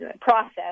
process